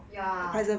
ya